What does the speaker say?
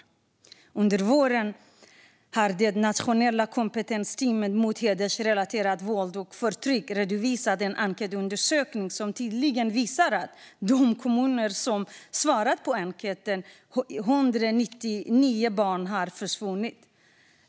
Under våren har det nationella kompetensteamet mot hedersrelaterat våld och förtryck redovisat en enkätundersökning som visar att 199 barn har försvunnit i de kommuner som svarat på enkäten.